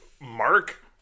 mark